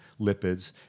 lipids